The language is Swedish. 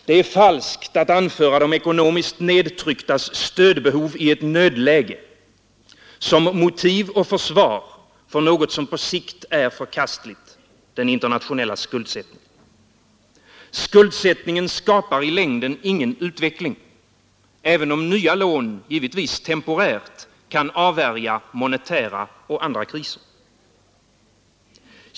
Det är falskt att anföra de ekonomiskt nedtrycktas stödbehov i ett nödläge som motiv och försvar för något som på sikt är förkastligt — den internationella skuldsättningen. Skuldsättningen skapar i längden ingen utveckling, även om nya lån givetvis temporärt kan avvärja monetära och andra kriser.